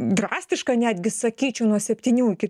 drastiška netgi sakyčiau nuo septynių iki